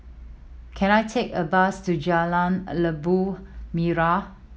can I take a bus to Jalan Labu Merah